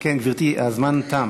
כן, גברתי, הזמן תם.